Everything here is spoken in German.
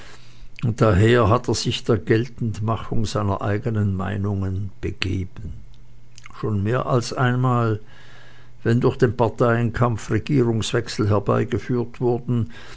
daher hat er sich der geltendmachung seiner eigenen meinungen begeben schon mehr als einmal wenn durch den parteienkampf regierungswechsel herbeigeführt wurden